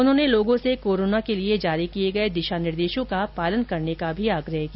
उन्होंने लोगों से कोरोना के लिए जारी किये गये दिशा निर्देशों को पालना करने का आग्रह भी किया